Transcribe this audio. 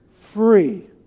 free